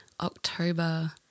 October